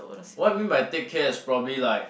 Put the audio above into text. what you mean by take care is probably like